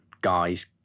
guys